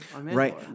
Right